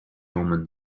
omens